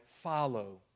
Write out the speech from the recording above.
follow